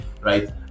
right